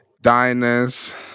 Diners